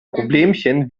problemchen